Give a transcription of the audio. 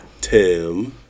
Tim